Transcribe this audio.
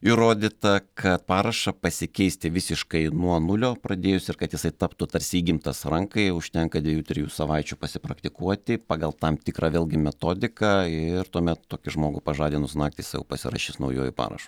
įrodyta kad parašą pasikeisti visiškai nuo nulio pradėjus ir kad jisai taptų tarsi įgimtas rankai užtenka dviejų trijų savaičių pasipraktikuoti pagal tam tikrą vėlgi metodiką ir tuomet tokį žmogų pažadinus naktį jis jau pasirašys naujuoju parašu